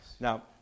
Now